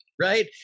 Right